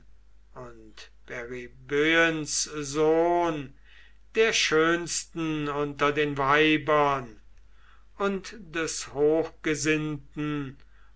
und periböens sohn der schönsten unter den weibern und des